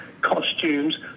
costumes